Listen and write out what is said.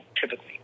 typically